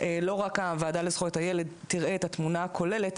לא רק הוועדה לזכויות הילד תראה את התמונה הכוללת,